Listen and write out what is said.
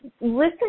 Listen